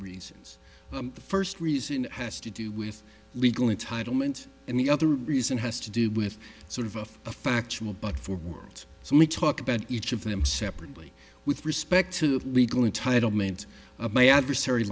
reasons the first reason has to do with legal entitlement and the other reason has to do with sort of a factual but four words so we talk about each of them separately with respect to legal entitlement my adversary